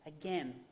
again